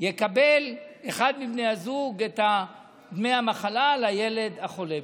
שאכן אחד מבני הזוג יקבל את דמי המחלה לילד החולה,